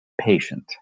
patient